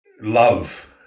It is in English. love